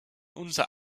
unser